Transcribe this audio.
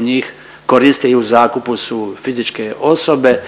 njih koriste i u zakupu su fizičke osobe,